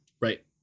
Right